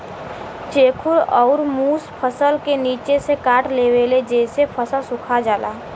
चेखुर अउर मुस फसल क निचे से काट देवेले जेसे फसल सुखा जाला